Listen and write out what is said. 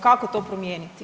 Kako to promijeniti?